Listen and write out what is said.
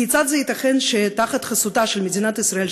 כיצד זה ייתכן שתחת חסותה של מדינת ישראל,